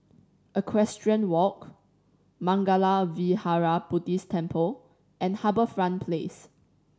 Equestrian Walk Mangala Vihara Buddhist Temple and HarbourFront Place